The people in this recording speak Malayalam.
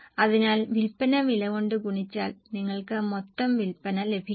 അതിനാൽ വിൽപ്പന വില കൊണ്ട് ഗുണിച്ചാൽ നിങ്ങൾക്ക് മൊത്തം വിൽപ്പന ലഭിക്കും